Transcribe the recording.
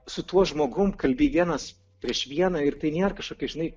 su tuo žmogumi kalbi vienas prieš vieną ir tai nėr kažkokia žinai